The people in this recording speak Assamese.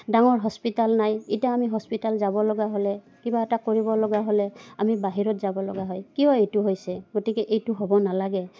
ডাঙৰ হস্পিটাল নাই এতিয়া আমি হস্পিটাল যাব লগা হ'লে কিবা এটা কৰিব লগা হ'লে আমি বাহিৰত যাব লগা হয় কিয় এইটো হৈছে গতিকে এইটো হ'ব নালাগে